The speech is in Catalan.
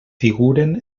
figuren